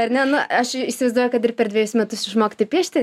ar ne nu aš įsivaizduoju kad ir per dvejus metus išmokti piešti